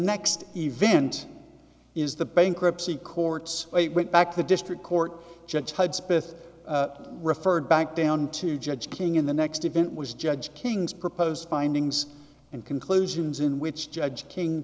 next event is the bankruptcy courts went back to the district court judge hudspeth referred back down to judge king in the next event was judge king's proposed findings and conclusions in which judge king